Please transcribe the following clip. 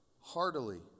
heartily